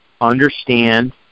understand